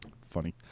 funny